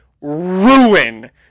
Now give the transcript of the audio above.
ruin